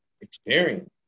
experience